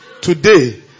Today